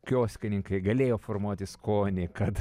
kioskininkai galėjo formuoti skonį kad